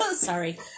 sorry